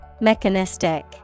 Mechanistic